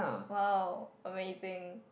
!wow! amazing